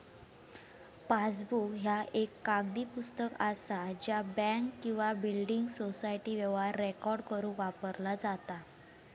passbook ह्या एक कागदी पुस्तक असा ज्या बँक किंवा बिल्डिंग सोसायटी व्यवहार रेकॉर्ड करुक वापरला जाता